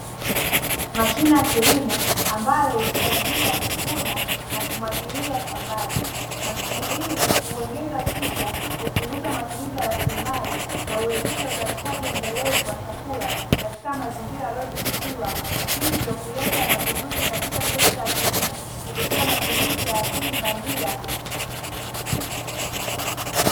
Mashine ya kilimo ambayo husaidia kuvuna na kumwagilia shambani. Mashine hii huongeza tija, hupunguza matumizi ya rasilimali na kuwezesha uzalishaji endelevu wa chakula katika mazingira yaliyodhibitishwa, hivyo kuleta mapinduzi katika sekta ya kilimo kupitia matumizi ya akili bandia.